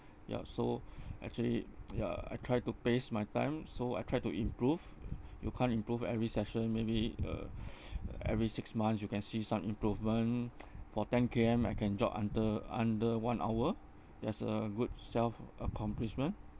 yup so actually ya I try to pace my time so I try to improve you can't improve every session maybe uh uh every six months you can see some improvement for ten K_M I can jog under under one hour that's a good self accomplishment